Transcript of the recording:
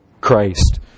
Christ